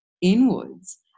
inwards